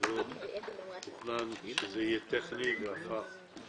דיון שתוכנן שיהיה טכני והפך